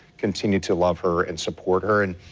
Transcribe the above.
continued to love her and support her. and